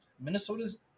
Minnesota's